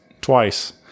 twice